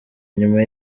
nyuma